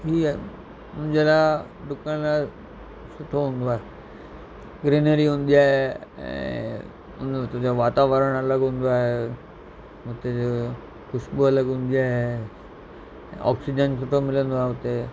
हीअ मुंहिंजे लाइ डुकण लाइ सुठो हूंदो आहे ग्रीनरी हूंदी आहे ऐं उन उते जो वातावरण अलॻि हूंदो आहे हुते जो ख़ुशबू अलॻि हूंदी आहे ऑक्सीजन सुठो मिलंदो आहे हुते